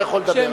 אתה יכול לדבר.